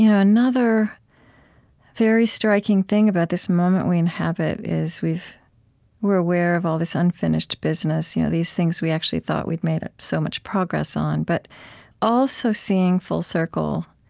you know another very striking thing about this moment we inhabit is, we're aware of all this unfinished business, you know these things we actually thought we'd made so much progress on, but also seeing full circle